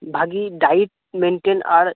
ᱵᱷᱟᱜᱮ diet maintain ᱟᱨ